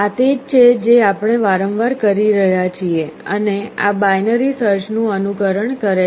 આ જ છે જે આપણે વારંવાર કરી રહ્યા છીએ અને આ બાઈનરી સર્ચનું અનુકરણ કરે છે